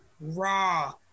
Raw